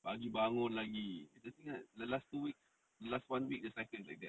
pagi bangun lagi the last two weeks last one week the cycle is like that